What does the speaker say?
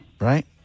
right